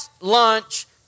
lunch